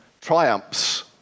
triumphs